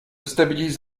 stabilise